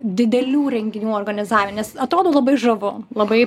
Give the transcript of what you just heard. didelių renginių organizavime nes atrodo labai žavu labai